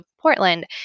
Portland